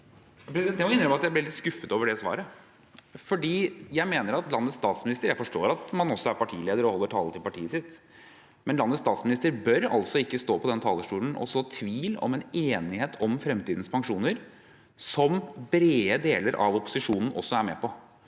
Jeg må innrømme at jeg ble litt skuffet over det svaret. Jeg forstår at man også er partileder og holder taler til partiet sitt, men landets statsminister bør ikke stå på denne talerstolen og så tvil om en enighet om fremtidens pensjoner som brede deler av opposisjonen også er med på.